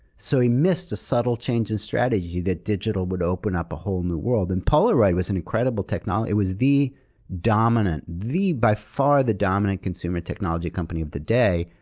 so, he missed a subtle change in strategy that digital would open up a whole new world. and polaroid was an incredible technology. it was the dominant, the by far the dominant consumer technology company of the day.